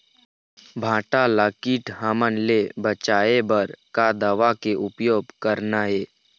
भांटा ला कीट हमन ले बचाए बर का दवा के उपयोग करना ये?